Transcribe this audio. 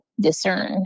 discern